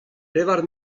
pevar